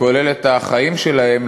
כולל החיים שלהם,